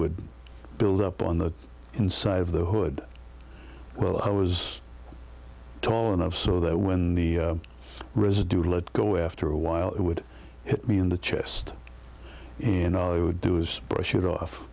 would build up on the inside of the hood well i was tall enough so that when the residue let go after a while it would hit me in the chest and all it would do was brush it off